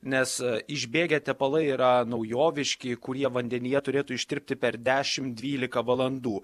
nes išbėgę tepalai yra naujoviški kurie vandenyje turėtų ištirpti per dešimt dvylika valandų